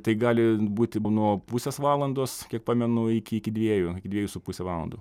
tai gali būti nuo pusės valandos kiek pamenu iki iki dviejų iki dviejų su puse valandų